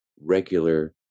regular